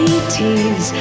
80s